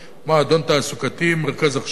מועדון תעסוקתי, מרכז הכשרה